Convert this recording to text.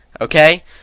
okay